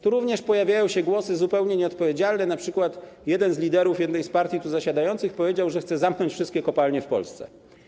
Tu również pojawiają się głosy zupełnie nieodpowiedzialne, np. jeden z liderów jednej z zasiadających tu partii powiedział, że chce zamknąć wszystkie kopalnie w Polsce.